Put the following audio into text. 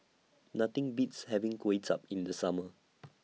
Nothing Beats having Kway Chap in The Summer